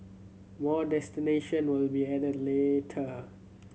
more destination will be added later